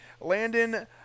Landon